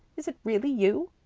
is it really you?